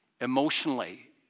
emotionally